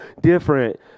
different